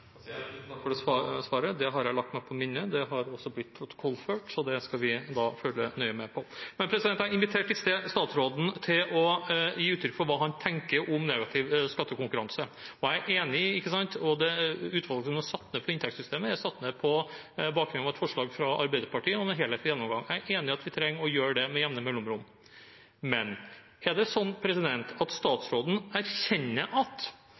tusen takk for det svaret. Det har jeg lagt meg på minne. Det har også blitt protokollført, så det skal vi følge nøye med på. Jeg inviterte i sted statsråden til å gi uttrykk for hva han tenker om negativ skattekonkurranse. Det utvalget som er satt ned for inntektssystemet, er satt ned på bakgrunn av et forslag fra Arbeiderpartiet om en helhetlig gjennomgang. Jeg er enig i at vi trenger å gjøre det med jevne mellomrom. Men: Er det sånn at statsråden erkjenner at